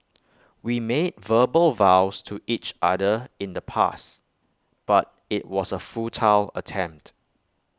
we made verbal vows to each other in the past but IT was A futile attempt